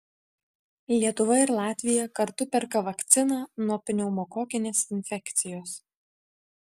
lietuva ir latvija kartu perka vakciną nuo pneumokokinės infekcijos